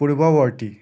পূৰ্বৱৰ্তী